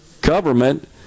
government